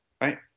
right